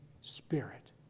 Spirit